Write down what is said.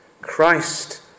Christ